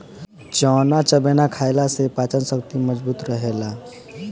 चना चबेना खईला से पाचन शक्ति मजबूत रहेला